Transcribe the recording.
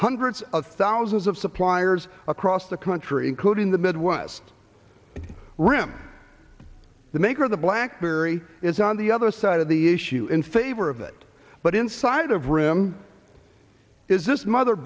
hundreds of thousands of suppliers across the country including the midwest rim the maker of the blackberry is on the other side of the issue in favor of it but inside of rim is this mother